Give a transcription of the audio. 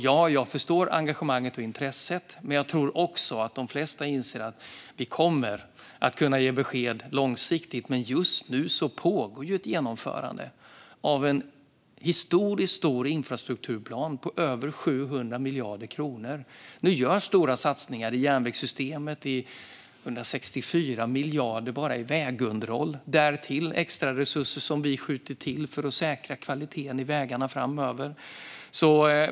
Ja, jag förstår engagemanget och intresset, men jag tror också att de flesta inser att vi kommer att kunna ge besked långsiktigt, men just nu pågår ett genomförande av en historiskt stor infrastrukturplan på över 700 miljarder kronor. Nu görs stora satsningar i järnvägssystemet. Det läggs 164 miljarder i vägunderhåll. Därtill skjuter vi till extraresurser för att säkra kvaliteten i vägarna framöver.